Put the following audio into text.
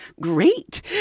great